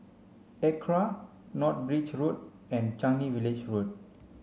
ACRA North Bridge Road and Changi Village Road